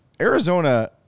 Arizona